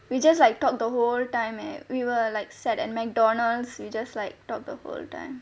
we just like talk the whole time eh we were like sat at McDonald's we just like talk the whole time